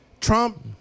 Trump